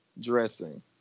dressing